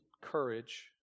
courage